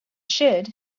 should